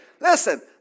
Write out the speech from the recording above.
Listen